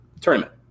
Tournament